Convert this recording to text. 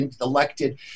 elected